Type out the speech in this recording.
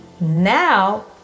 Now